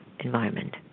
environment